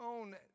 own